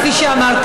כפי שאמרת,